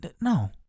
No